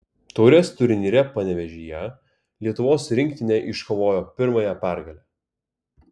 taurės turnyre panevėžyje lietuvos rinktinė iškovojo pirmąją pergalę